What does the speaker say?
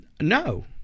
No